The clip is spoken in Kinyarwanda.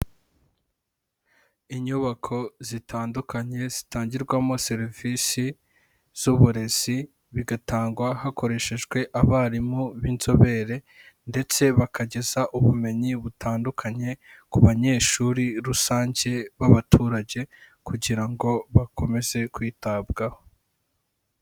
Inyubako zitandukanye zitangirwamo serivisi z'uburezi bigatangwa hakoreshejwe abarimu b'inzobere ndetse bakageza ubumenyi butandukanye ku banyeshuri rusange b'abaturage kugira ngo bakomeze kwitabwaho.